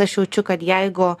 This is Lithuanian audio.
aš jaučiu kad jeigu